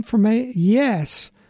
yes